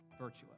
virtuous